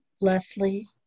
Leslie